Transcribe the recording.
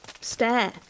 Stare